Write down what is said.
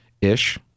ish